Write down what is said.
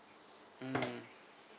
mm